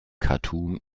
khartum